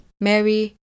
Mary